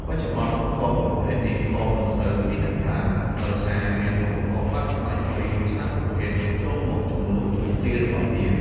បច្ចុប្បន្នឧបរកណ៍មួយប្រភេទនេះ ក៏មិនសូវមានអ្នកប្រើ ដោយសារមានឧបករណ៍បែបសម័យថ្មីច្រើនប្រភេទ ចូលមកជំនួន មុខងាររបស់វា។